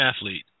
athlete